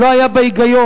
לא היה בה היגיון.